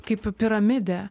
kaip piramidė